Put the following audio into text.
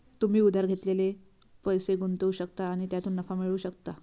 तुम्ही उधार घेतलेले पैसे गुंतवू शकता आणि त्यातून नफा मिळवू शकता